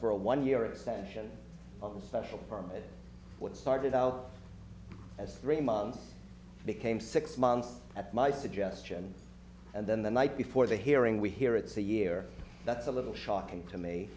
for a one year extension of the special permit what started out as three months became six months at my suggestion and then the night before the hearing we hear it's a year that's a little shocking to me